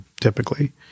typically